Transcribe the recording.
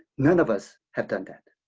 none of us have done that.